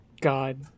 God